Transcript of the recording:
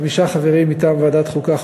חמישה חברים מטעם ועדת חוקה,